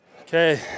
Okay